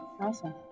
Awesome